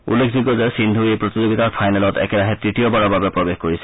উল্লেখযোগ্য যে সিন্ধু এই প্ৰতিযোগিতাৰ ফাইনেলত একেৰাহে তৃতীয়বাৰৰ বাবে প্ৰৱেশ কৰিছে